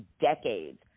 decades